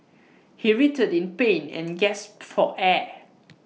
he writhed in pain and gasped for air